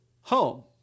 home